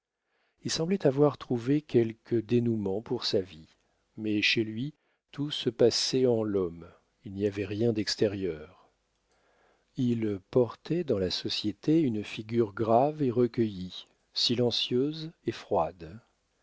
il semblait avoir trouvé quelque dénoûment pour sa vie mais chez lui tout se passait en l'homme il n'y avait rien d'extérieur il portait dans la société une figure grave et recueillie silencieuse et froide